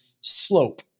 slope